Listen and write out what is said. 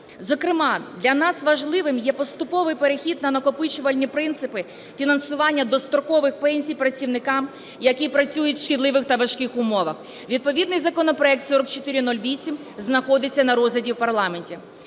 Зокрема, для нас важливим є поступовий перехід на накопичувальні принципи фінансування дострокових пенсій працівникам, які працюють в шкідливих та важких умовах. Відповідний законопроект 4408 знаходиться на розгляді в парламенті.